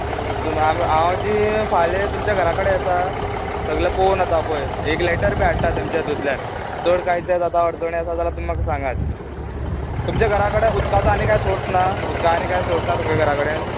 बरें तुमी हांव हांव जें फाल्यां तुमच्या घरा कडेन येतां सगलें पोवन येता पय एक लेटर बी हाडटा तेंच्या हितूंतल्यान चड कांय तें जाता अडचण येता जाल्यार तुमी म्हाका सांगात तुमच्या घरा कडेन उदकाचो आनी कांय सोर्स ना उदका आनी कांय सोर्स ना तुमका घरा कडेन